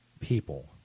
people